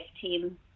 team